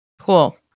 Cool